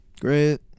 Great